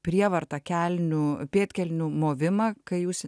prievarta kelnių pėdkelnių movimą kai jūs